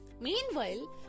Meanwhile